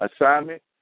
assignment